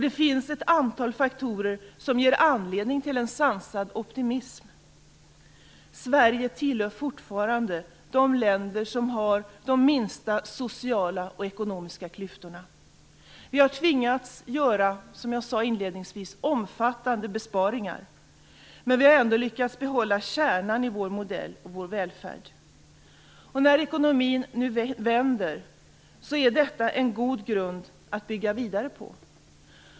Det finns ett antal faktorer som ger anledning till en sansad optimism. Sverige tillhör fortfarande de länder som har de minsta sociala och ekonomiska klyftorna. Vi har tvingats göra omfattande besparingar, men vi har ändå lyckats behålla kärnan i vår modell och välfärd. När utvecklingen i ekonomin nu vänder är detta en god grund att bygga vidare på.